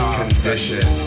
condition